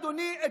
אדוני,